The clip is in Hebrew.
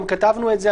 גם כתבנו את זה,